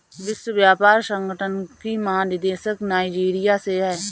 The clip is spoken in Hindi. विश्व व्यापार संगठन की महानिदेशक नाइजीरिया से है